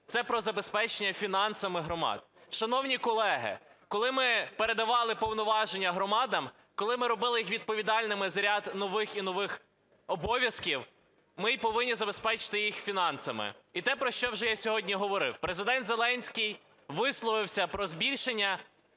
це про забезпечення фінансами громад. Шановні колеги, коли ми передавали повноваження громадам, коли ми робили їх відповідальними за ряд нових і нових обов'язків, ми і повинні забезпечити їх фінансами. І те, про що я вже сьогодні говорив. Президент Зеленський висловився про збільшення